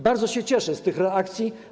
Bardzo się cieszę z tych reakcji.